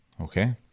Okay